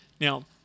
Now